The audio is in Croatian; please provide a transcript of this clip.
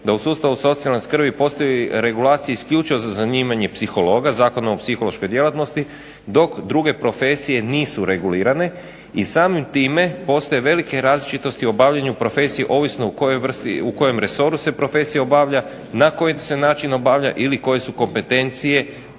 da u sustavu socijalne skrbi postoji regulacija isključivo za zanimanje psihologa Zakona o psihološkoj djelatnosti dok druge profesije nisu regulirane i samim time postoje velike različitosti u obavljanju profesije ovisno u kojoj vrsti i u kojem resoru se profesija obavlja, na koji način se obavlja ili koje su kompetencije